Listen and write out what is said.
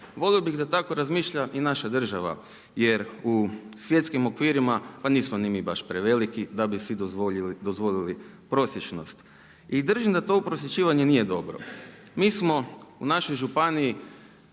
Volio bih da tako razmišlja i naša država jer u svjetskim okvirima, pa nismo ni mi baš preveliki da bi si dozvolili prosječnost. I držim da uprosjećivanje nije dobro. Mi smo u našoj županiji